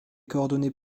coordonnées